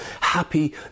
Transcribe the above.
Happy